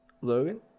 logan